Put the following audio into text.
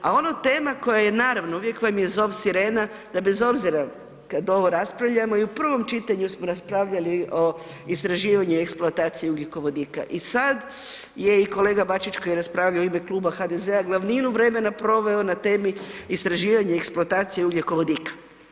A ono tema koja je, naravno, uvijek vam je zov sirena, da bez obzira kad ovo raspravljamo, i u prvom čitanju smo raspravljali o istraživanju i eksploataciji ugljikovodika i sad je i kolega Bačić koji je raspravljao u ime Kluba HDZ-a glavninu vremena proveo na temi istraživanja i eksploatacija ugljikovodika.